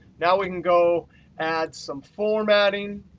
now we can go add some formatting,